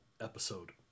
episode